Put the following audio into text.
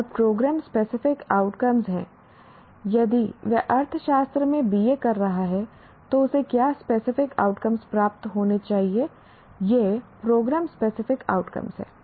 और programme specific outcomes हैं यदि वह अर्थशास्त्र में BA कर रहा है तो उसे क्या स्पेसिफिक आउटकम्स प्राप्त होने चाहिए यह प्रोग्राम स्पेसिफिक आउटकम्स हैं